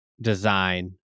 design